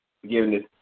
Forgiveness